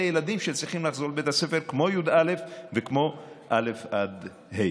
אלה ילדים שצריכים לחזור לבית הספר כמו י"א וכמו א' ה'.